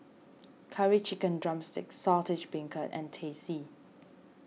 Curry Chicken Drumstick Saltish Beancurd and Teh C